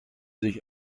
sich